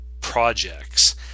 projects